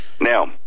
Now